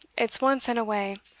it's once and away.